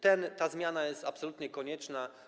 Ta zmiana jest absolutnie konieczna.